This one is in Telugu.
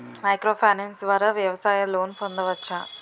మైక్రో ఫైనాన్స్ ద్వారా వ్యవసాయ లోన్ పొందవచ్చా?